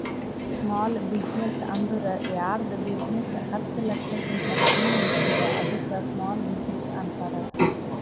small business ಅಂದುರ್ ಯಾರ್ದ್ business ಹತ್ತ ಲಕ್ಷಕಿಂತಾ ಕಮ್ಮಿ ಇರ್ತುದ್ ಅದ್ದುಕ ಸ್ಮಾಲ್ ಬಿಜಿನೆಸ್ ಅಂತಾರ